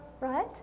Right